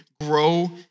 grow